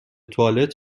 توالت